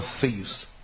thieves